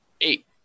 eight